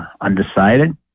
undecided